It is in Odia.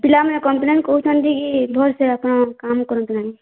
ପିଲାମାନେ କମ୍ପ୍ଲେନ୍ କରୁଛନ୍ତି କି ଭଲସେ ଆପଣ କାମ କରୁଛନ୍ତି କି ନାଇଁ